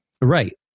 Right